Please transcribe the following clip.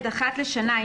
אחת לשנה,